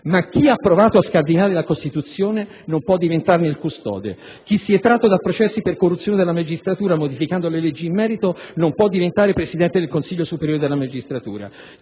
Ma chi ha provato a scardinare la Costituzione non può diventarne il custode. Chi si è tratto da processi per corruzione della magistratura modificando le leggi in merito non può diventare Presidente del Consiglio superiore della magistratura,